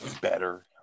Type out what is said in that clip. better